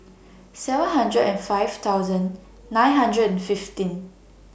seven hundred and five thousand nine hundred and fifteen